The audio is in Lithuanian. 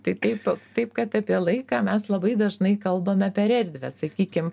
tai taip taip kad apie laiką mes labai dažnai kalbame per erdvę sakykim